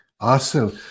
Awesome